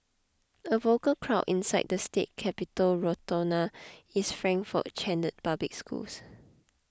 a vocal crowd inside the state capitol rotunda is Frankfort chanted public schools